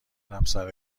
برگردم